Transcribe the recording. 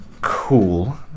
cool